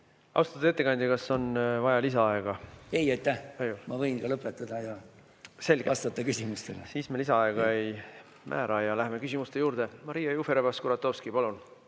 Austatud ettekandja, kas on vaja lisaaega? Ei, aitäh! Ma võin ka lõpetada ja vastata küsimustele. Selge, siis me lisaaega ei määra ja läheme küsimuste juurde. Maria Jufereva-Skuratovski, palun!